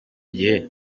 gihe